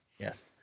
Yes